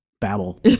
babble